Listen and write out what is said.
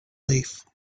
leaf